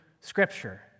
Scripture